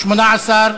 18,